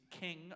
king